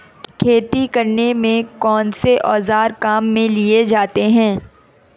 खेती करने में कौनसे औज़ार काम में लिए जाते हैं?